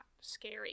scary